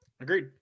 Agreed